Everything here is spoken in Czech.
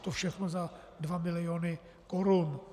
To všechno za 2 miliony korun.